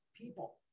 people